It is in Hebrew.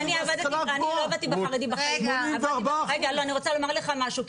אני רוצה לומר לך משהו,